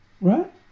Right